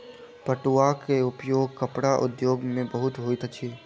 पटुआ के उपयोग कपड़ा उद्योग में बहुत होइत अछि